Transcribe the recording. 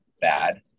bad